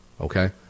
okay